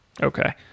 Okay